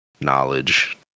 knowledge